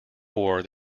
war